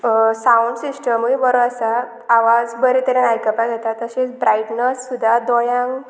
sound सिस्टमूय बरो आसा आवाज बरे तरेन आयकपाक येता तशेंच ब्रायटनस सुद्दां दोळ्यांक